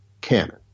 canon